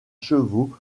chevaux